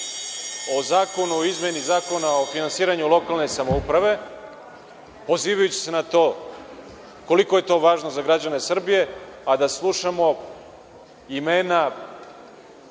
o izmeni Zakona o finansiranju lokalne samouprave, pozivajući se na to koliko je to važno za građane Srbije, a da slušamo imena